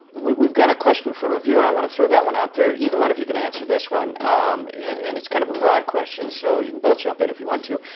we've got a question from a viewer. i want to throw that one out there. either one of you can answer this one and it's kind of a broad question so you can both jump in if you want to.